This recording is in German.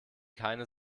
keine